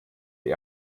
die